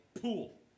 pool